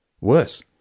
Worse